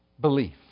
belief